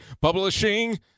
Publishing